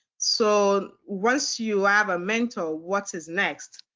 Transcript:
so once you have a mentor, what is next?